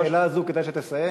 אני חושב שבשאלה הזו כדאי שתסיים,